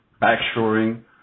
back-shoring